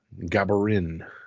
Gabarin